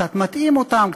קצת מטעים אותם,